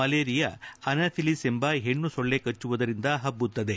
malaria anopheles ಎಂಬ ಹೆಣ್ಣು ಸೊಳ್ಳೆ ಕಚ್ಚುವುದರಿಂದ ಹಬ್ದುತ್ತದೆ